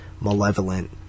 malevolent